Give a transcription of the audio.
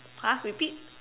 !huh! repeat